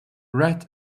red